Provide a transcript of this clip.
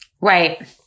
Right